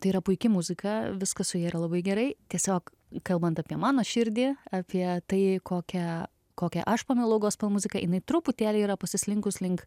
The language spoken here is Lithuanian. tai yra puiki muzika viskas su ja yra labai gerai tiesiog kalbant apie mano širdį apie tai kokią kokią aš pamilau gospel muziką jinai truputėlį yra pasislinkus link